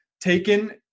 taken